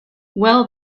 well